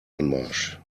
anmarsch